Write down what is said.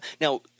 Now